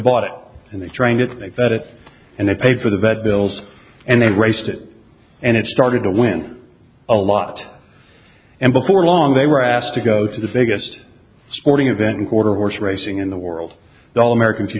bought it and they drank it but it and they paid for the vet bills and they raced it and it started to win a lot and before long they were asked to go to the biggest sporting event and quarter horse racing in the world the all american